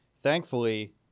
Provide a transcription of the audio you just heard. thankfully